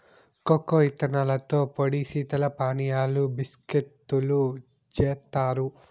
cocoa ఇత్తనాలతో పొడి శీతల పానీయాలు, బిస్కేత్తులు జేత్తారు